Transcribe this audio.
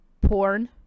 porn